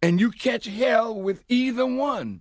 and you catch hell with even one